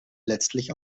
letztlich